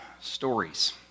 stories